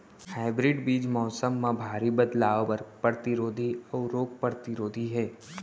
hybrid बीज मौसम मा भारी बदलाव बर परतिरोधी अऊ रोग परतिरोधी हे